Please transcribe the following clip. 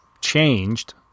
changed